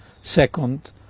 second